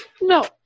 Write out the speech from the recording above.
No